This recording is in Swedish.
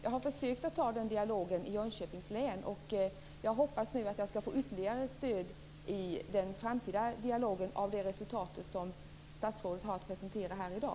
Jag har försökt att ta den dialogen i Jönköpings län och hoppas att jag i den framtida dialogen skall få ytterligare stöd genom det resultat som statsrådet har presenterat här i dag.